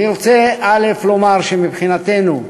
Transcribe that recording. אני רוצה לומר שמבחינתנו,